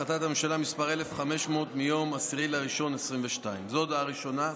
הצעת הממשלה מס' 1500 מיום 10 בינואר 2022. זו ההודעה הראשונה.